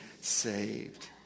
saved